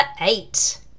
eight